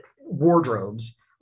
wardrobes